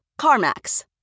CarMax